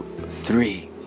three